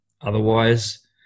otherwise